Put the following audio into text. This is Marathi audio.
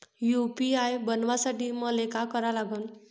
यू.पी.आय बनवासाठी मले काय करा लागन?